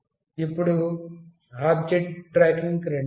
ఇప్పుడు ఆబ్జెక్ట్ ట్రాకింగ్కు రండి